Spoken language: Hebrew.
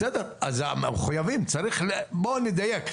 בסדר, אז מחויבים, אבל בואו נדייק.